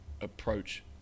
approach